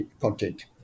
content